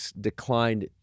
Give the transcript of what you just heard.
declined